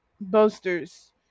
boasters